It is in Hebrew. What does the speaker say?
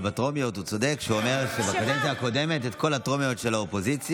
אבל הוא צודק כשהוא אומר שבקדנציה הקודמת את כל הטרומיות של האופוזיציה,